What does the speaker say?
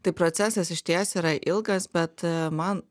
tai procesas išties yra ilgas bet man